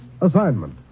assignment